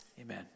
Amen